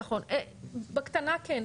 בקטנה כן,